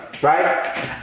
Right